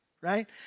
right